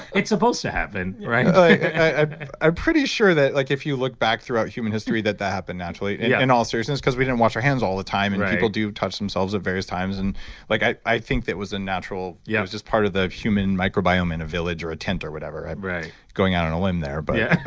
it's supposed to happen i'm pretty sure that like if you look back throughout human history, that that happened naturally yeah in all seriousness because we didn't wash our hands all the time and people do touch themselves at various times. and like i i think that was a natural. it yeah was just part of the human microbiome in a village or a tent or whatever. i'm going out on a limb there but yeah